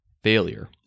Failure